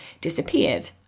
disappeared